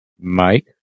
Mike